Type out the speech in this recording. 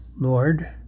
Lord